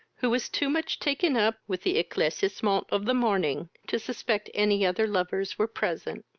who was too much taken up with the eclaircissement of the morning to suspect any other lovers were present.